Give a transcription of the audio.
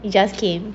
it just came